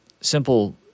Simple